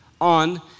on